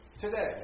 today